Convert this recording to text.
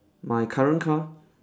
my current car